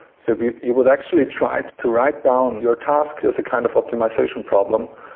so you you would actually try to write down your task as a kind of optimization problem.